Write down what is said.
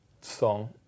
song